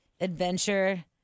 adventure